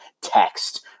text